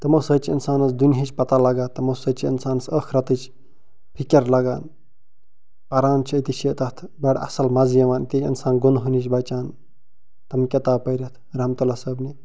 تِمو سۭتۍ چھِ انسانس دنیہٕچ پتاہ لگان تِمو سۭتۍ چھِ انسانس ٲخرتٕچ فِکر لگان پران چھِ أتی چھِ تتھ بڑٕ اصل مزٕ یِوان تہٕ انسان گۄنہو نش بچان تِم کِتاب پٔرِتھ رحمتُ اللہ صٲبنہِ